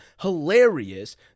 hilarious